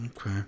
okay